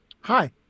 Hi